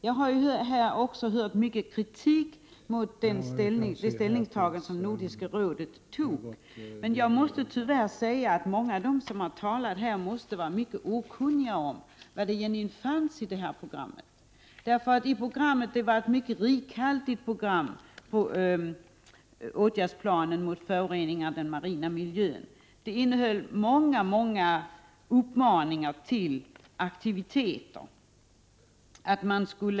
Jag har också hört mycket kritik här mot Nordiska rådets ställningstagande, men jag måste tyvärr säga att många av dem som talat här tycks vara mycket okunniga om vad som egentligen finns i programmet. Åtgärdsplanen mot föroreningar i den marina miljön innehöll många uppmaningar till aktiviteter.